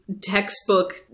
textbook